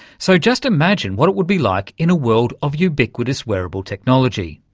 so just imagine what it would be like in a world of ubiquitous wearable technology.